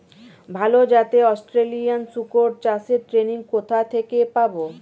ভালো জাতে অস্ট্রেলিয়ান শুকর চাষের ট্রেনিং কোথা থেকে পাব?